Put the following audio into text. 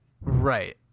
Right